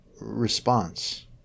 response